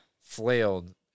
Flailed